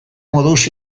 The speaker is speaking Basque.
moduz